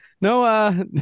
No